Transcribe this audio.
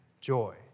joy